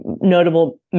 notable